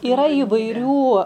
yra įvairių